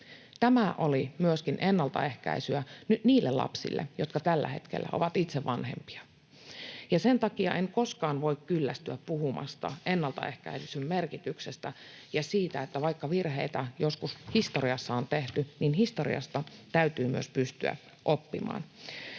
Tämä oli myöskin ennalta ehkäisyä niille lapsille, jotka tällä hetkellä ovat itse vanhempia. Sen takia en koskaan voi kyllästyä puhumaan ennalta ehkäisyn merkityksestä ja siitä, että vaikka virheitä joskus historiassa on tehty, niin historiasta täytyy myös pystyä oppimaan.